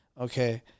Okay